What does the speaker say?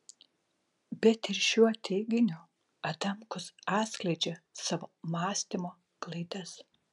bet ir šiuo teiginiu adamkus atskleidžia savo mąstymo klaidas